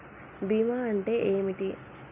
బీమా అంటే ఏమిటి?